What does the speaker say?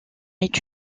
est